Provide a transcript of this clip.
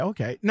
Okay